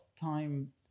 time